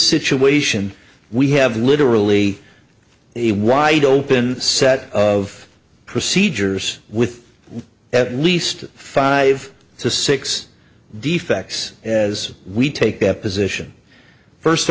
situation we have literally a wide open set of procedures with at least five to six d facts as we take deposition first